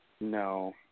No